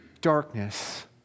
darkness